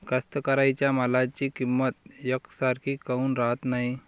कास्तकाराइच्या मालाची किंमत यकसारखी काऊन राहत नाई?